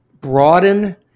broaden